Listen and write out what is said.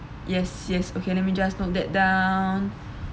yes yes okay let me just note that down